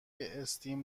stem